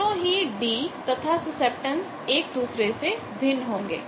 दोनों ही d तथा सुसेप्टटेन्स एक दूसरे से भिन्न होंगे